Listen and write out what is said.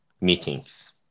meetings